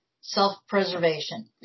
self-preservation